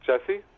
Jesse